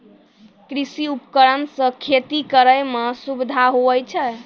कृषि उपकरण से खेती करै मे सुबिधा हुवै छै